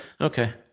okay